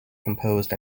composed